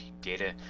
data